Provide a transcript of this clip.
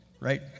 right